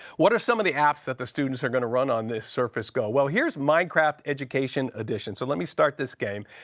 what are some of the apps that the students are going to run on this surface go? well, here is minecraft education edition. so, let me start this game.